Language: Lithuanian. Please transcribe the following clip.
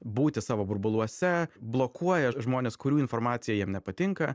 būti savo burbuluose blokuoja žmones kurių informacija jiem nepatinka